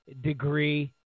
degree